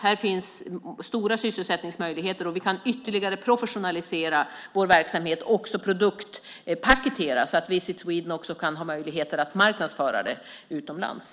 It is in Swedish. Här finns det stora sysselsättningsmöjligheter, och vi kan ytterligare professionalisera vår verksamhet och också produktpaketera så att Visit Sweden också kan ha möjligheter att marknadsföra detta utomlands.